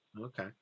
Okay